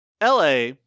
LA